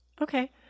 Okay